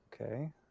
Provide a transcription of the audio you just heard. Okay